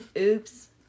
Oops